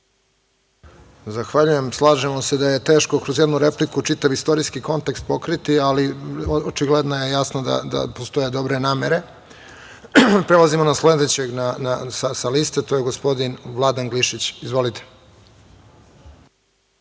Zahvaljujem. Slažemo se da je teško kroz jednu repliku čitav istorijski kontekst pokriti, ali očigledno je jasno da postoje dobre namere. Reč ima narodni poslanik Vladan Glišić. Izvolite.